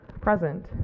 present